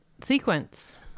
sequence